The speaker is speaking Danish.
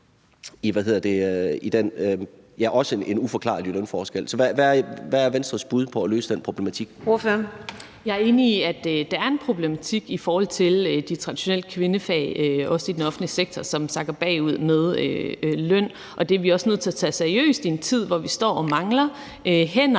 (Karina Adsbøl): Ordføreren. Kl. 15:10 Linea Søgaard-Lidell (V): Jeg er enig i, at der er en problematik i forhold til de traditionelle kvindefag, også i den offentlige sektor, som sakker bagud med løn, og det er vi også nødt til at tage seriøst i en tid, hvor vi står og mangler hænder